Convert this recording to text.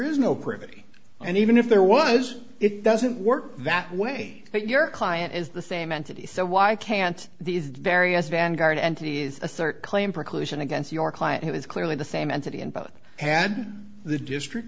is no privity and even if there was it doesn't work that way that your client is the same entity so why can't these various vanguard entity is assert claim preclusion against your client who is clearly the same entity and both had the district